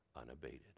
unabated